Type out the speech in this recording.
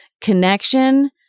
connection